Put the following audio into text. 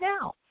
now